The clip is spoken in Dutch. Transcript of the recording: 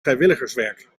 vrijwilligerswerk